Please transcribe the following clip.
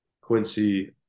Quincy